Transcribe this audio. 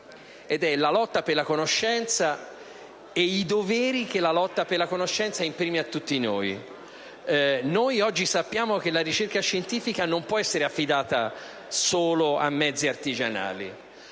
la lotta per la conoscenza e i doveri che la lotta per la conoscenza imprime a tutti noi. Noi oggi sappiamo che la ricerca scientifica non può essere affidata solo a mezzi artigianali.